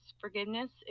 Forgiveness